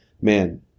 man